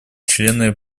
члены